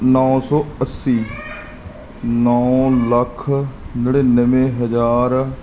ਨੌਂ ਸੌ ਅੱਸੀ ਨੌਂ ਲੱਖ ਨੜਿਨਵੇਂ ਹਜ਼ਾਰ